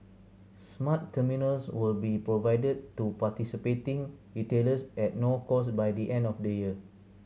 smart terminals will be provided to participating retailers at no cost by the end of the year